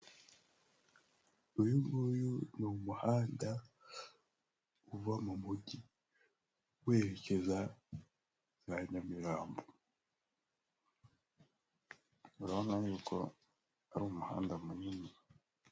Uyu nguyu ni umuhanda uba mu mujyi werekeza za Nyamirambo, urabona yuko ari umuhanda munini.